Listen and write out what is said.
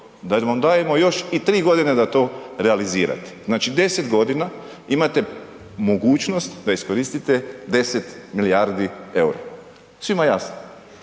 da vam dajemo još i tri godine da to realizirate. Znači 10 godina imate mogućnost da iskoriste 10 milijardi eura, svima je jasno.